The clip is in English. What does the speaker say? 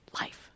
life